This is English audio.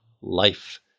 life